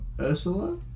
Ursula